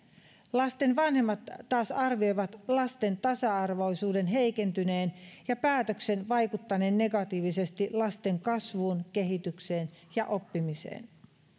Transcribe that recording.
lasten vanhemmat taas arvioivat lasten tasa arvoisuuden heikentyneen ja päätöksen vaikuttaneen negatiivisesti lasten kasvuun kehitykseen ja oppimiseen